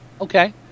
Okay